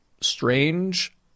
strange